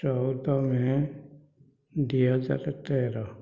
ଚଉଦ ମେ' ଦୁଇ ହଜାର ତେର